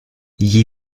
gli